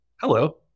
hello